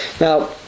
Now